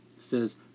says